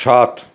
সাত